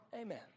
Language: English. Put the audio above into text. Amen